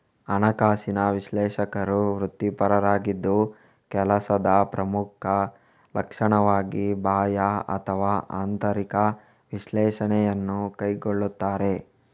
ಹಣಕಾಸಿನ ವಿಶ್ಲೇಷಕರು ವೃತ್ತಿಪರರಾಗಿದ್ದು ಕೆಲಸದ ಪ್ರಮುಖ ಲಕ್ಷಣವಾಗಿ ಬಾಹ್ಯ ಅಥವಾ ಆಂತರಿಕ ವಿಶ್ಲೇಷಣೆಯನ್ನು ಕೈಗೊಳ್ಳುತ್ತಾರೆ